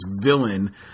villain